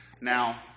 Now